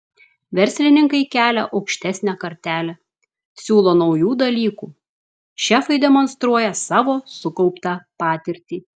verslininkai kelia aukštesnę kartelę siūlo naujų dalykų šefai demonstruoja savo sukauptą patirtį